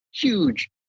huge